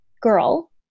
girl